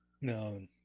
No